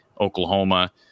Oklahoma